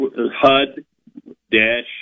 HUD-DASH